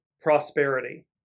prosperity